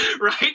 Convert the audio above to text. right